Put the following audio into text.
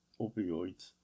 opioids